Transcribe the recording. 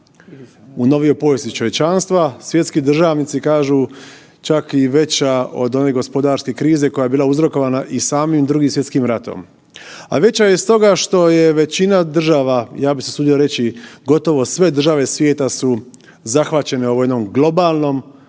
u novijoj povijesti čovječanstva, svjetski državnici kažu čak i veća od one gospodarske krize koja je bila uzrokovana i samim Drugim svjetskim ratom. A veća je stoga što je većina država, ja bih se usudio reći gotovo sve države svijeta su zahvaćene ovom jednom globalnom